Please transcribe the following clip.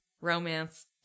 Romance